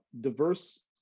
diverse